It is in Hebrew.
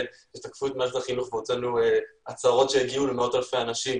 כשתקפו את מערכת החינוך ואנחנו הוצאנו הצהרות שהגיעו למאות אלפי אנשים,